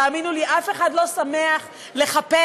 תאמינו לי, אף אחד לא שמח לחפש